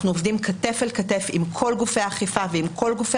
אנחנו עובדים כתף אל כתף עם כל גופי האכיפה ועם כל גופי